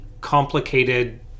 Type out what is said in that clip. complicated